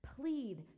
plead